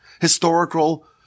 historical